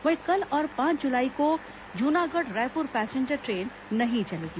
वहीं कल और पांच जुलाई को passenger Junagarh Raipur passenger train नहीं चलेगी